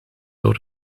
door